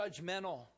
judgmental